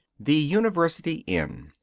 the university inn,